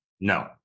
No